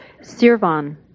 Sirvan